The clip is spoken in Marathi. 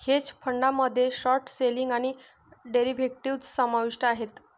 हेज फंडामध्ये शॉर्ट सेलिंग आणि डेरिव्हेटिव्ह्ज समाविष्ट आहेत